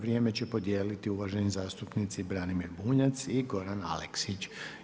Vrijeme će podijeliti uvaženi zastupnici Branimir Bunjac i Goran Aleksić.